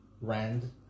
rand